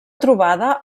trobada